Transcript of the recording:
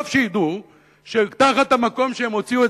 טוב שידעו שתחת המקום שהם הוציאו את